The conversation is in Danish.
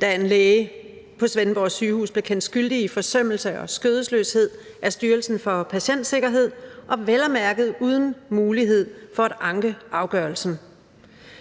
da en læge på Svendborg Sygehus blev kendt skyldig i forsømmelse og skødesløshed af Styrelsen for Patientsikkerhed – og vel at mærke uden mulighed for at anke afgørelsen.